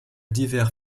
divers